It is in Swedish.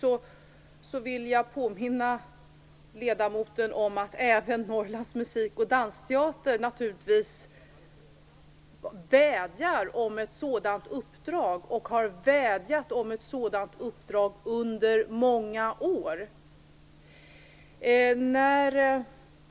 Jag vill då påminna ledamoten om att Norrlands Musik och dansteater naturligtvis vädjar om ett sådant uppdrag, och har gjort det under många år.